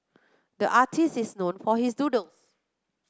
the artist is known for his doodles